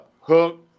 hook